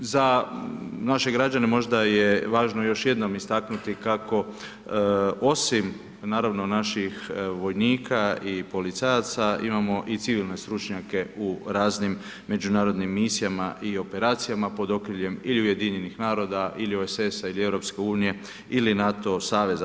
Za naše građane možda je važno još jednom istaknuti kako, osim, naravno, naših vojnih i policajaca, imamo i civilne stručnjake u raznim Međunarodnim misijama i operacijama pod okriljem ili UN-a ili OESS-a ili EU ili NATO saveza.